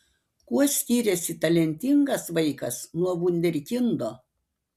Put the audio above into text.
kuo skiriasi talentingas vaikas nuo vunderkindo